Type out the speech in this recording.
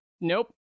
Nope